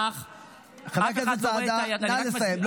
חבר הכנסת סעדה, נא לסיים.